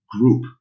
group